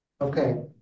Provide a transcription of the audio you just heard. Okay